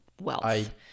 wealth